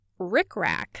rickrack